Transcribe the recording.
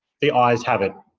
the ayes have it.